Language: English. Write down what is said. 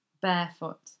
Barefoot